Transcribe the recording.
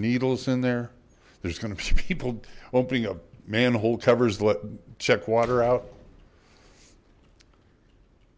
needles in there there's gonna be people opening up manhole covers let check water out